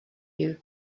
you